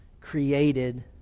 created